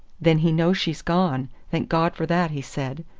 then he knows she's gone! thank god for that! he said.